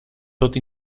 tot